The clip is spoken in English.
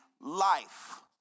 life